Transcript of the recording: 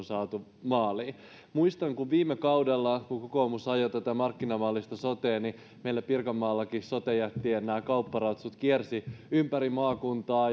saatu maaliin muistan kuinka viime kaudella kun kokoomus ajoi tätä markkinamallista sotea meillä pirkanmaallakin sote jättien kaupparatsut kiersivät ympäri maakuntaa